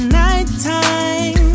nighttime